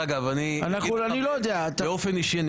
באופן אישי,